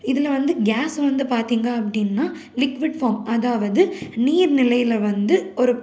இதில் வந்து கேஸ் வந்து பார்த்தீங்க அப்படின்னா லிக்விட் ஃபார்ம் அதாவது நீர் நிலையில் வந்து ஒரு